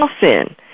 sin